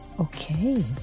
okay